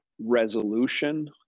resolution